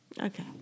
okay